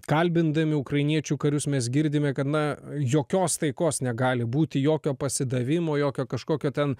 kalbindami ukrainiečių karius mes girdime kad na jokios taikos negali būti jokio pasidavimo jokio kažkokio ten